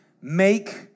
make